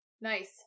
nice